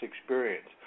experience